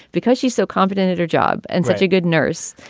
because she's so competent at her job and such a good nurse,